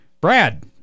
brad